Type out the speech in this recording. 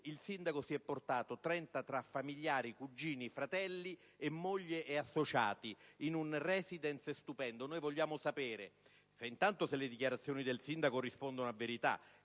il sindaco si è portato con sé 30 persone tra familiari, cugini, fratelli, moglie e associati in un *residence* stupendo. Vogliamo sapere se le dichiarazioni del sindaco rispondono a verità: